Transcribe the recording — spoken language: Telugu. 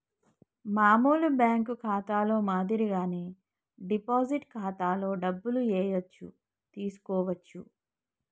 మామూలు బ్యేంకు ఖాతాలో మాదిరిగానే డిపాజిట్ ఖాతాలో డబ్బులు ఏయచ్చు తీసుకోవచ్చు